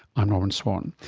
i'm norman swan.